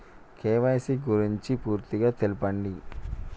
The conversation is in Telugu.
కే.వై.సీ గురించి పూర్తిగా తెలపండి?